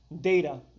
data